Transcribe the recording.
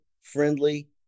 friendly